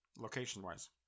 location-wise